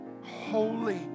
holy